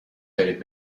دارید